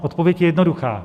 Odpověď je jednoduchá: